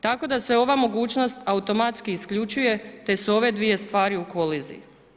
Tako da se ova mogućnost automatski isključuje te su ove dvije stvari u koliziji.